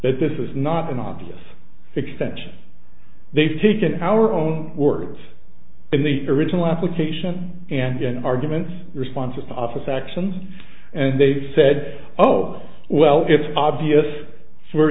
that this is not an obvious extension they've taken in our own words in the original application and in arguments responses office actions and they've said oh well it's obvious for